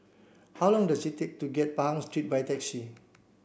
how long does it take to get to Pahang Street by taxi